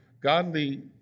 Godly